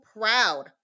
proud